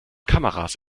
kameras